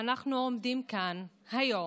שאנחנו עומדים כאן היום,